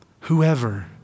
Whoever